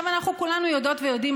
אנחנו כולנו יודעות ויודעים,